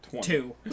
Two